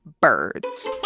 birds